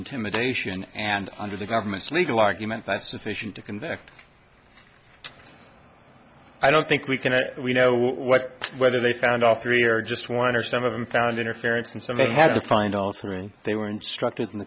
intimidation and under the government's legal argument that sufficient to convict i don't think we can we know whether they found all three or just one or some of them found interference and so they had to find altering they were instructed in